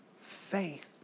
faith